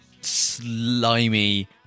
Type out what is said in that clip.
slimy